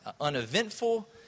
uneventful